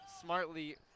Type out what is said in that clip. smartly